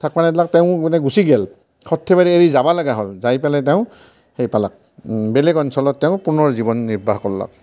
তেওঁ মানে গুচি গ'ল সৰ্থেবাৰী এৰি যাব লগা হ'ল যাই পেলাই তেওঁ সেই পালাক বেলেগ অঞ্চলত তেওঁ পুনৰ জীৱন নিৰ্বাহ কৰ্লাক